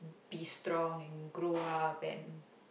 be strong and grow up and